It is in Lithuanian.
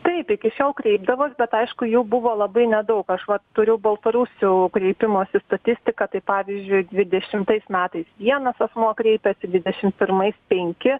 taip iki šiol kreipdavos bet aišku jų buvo labai nedaug aš vat turiu baltarusių kreipimosi statistiką tai pavyzdžiui dvidešimtais metais vienas asmuo kreipėsi dvidešim pirmais penki